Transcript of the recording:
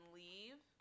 leave